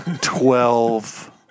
Twelve